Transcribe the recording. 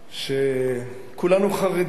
שכולנו חרדים,